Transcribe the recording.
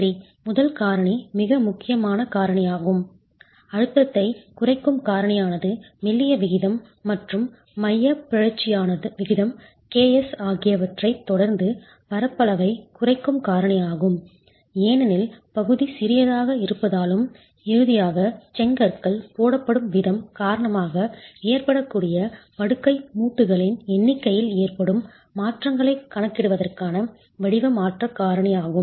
சரி முதல் காரணி மிக முக்கியமான காரணியாகும் அழுத்தத்தைக் குறைக்கும் காரணியானது மெல்லிய விகிதம் மற்றும் மையப் பிறழ்ச்சியானவிகிதம் ks ஆகியவற்றைத் தொடர்ந்து பரப்பளவைக் குறைக்கும் காரணியாகும் ஏனெனில் பகுதி சிறியதாக இருப்பதாலும் இறுதியாக செங்கற்கள் போடப்படும் விதம் காரணமாக ஏற்படக்கூடிய படுக்கை மூட்டுகளின் எண்ணிக்கையில் ஏற்படும் மாற்றங்களைக் கணக்கிடுவதற்கான வடிவ மாற்றக் காரணியாகும்